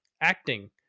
acting